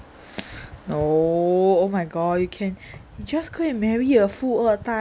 no oh my god you can just go and marry a 富二代